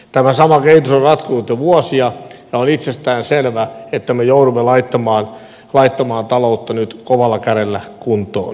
tämä sama kehitys on jatkunut jo vuosia ja on itsestään selvää että me joudumme laittamaan taloutta nyt kovalla kädellä kuntoon